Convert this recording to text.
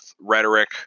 rhetoric